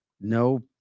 no